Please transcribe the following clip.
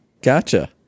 Gotcha